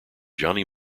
johnny